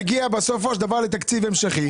מגיעים בסופו של דבר לתקציב המשכי.